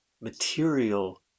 material